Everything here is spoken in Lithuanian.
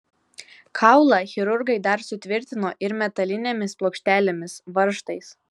kaulą chirurgai dar sutvirtino ir metalinėmis plokštelėmis varžtais